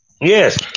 Yes